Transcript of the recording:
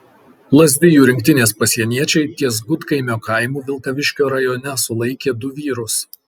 lazdijų rinktinės pasieniečiai ties gudkaimio kaimu vilkaviškio rajone sulaikė du vyrus